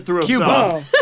cuba